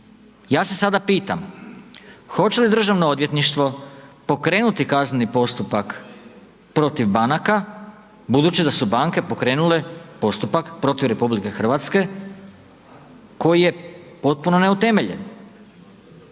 Ja se sada pitam, hoće li državno odvjetništvo pokrenuti kazneni postupak protiv banaka budući da su banke pokrenule postupak protiv RH koji je potpuno neutemeljen.